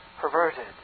perverted